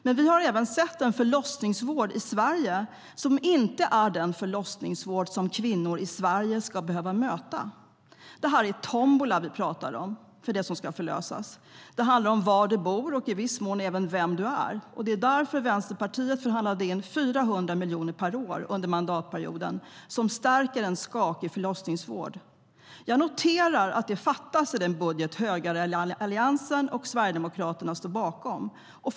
Men vi har sett en förlossningsvård i Sverige som inte är den förlossningsvård som kvinnor i Sverige ska behöva möta. Det handlar om var man bor och även i viss mån om vem man är. Därför förhandlade Vänsterpartiet in 400 miljoner per år under mandatperioden för att stärka en skakig förlossningsvård. Jag noterar att det fattas i den budget högeralliansen och Sverigedemokraterna står bakom.